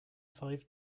five